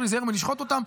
צריך להיזהר מלשחוט אותן.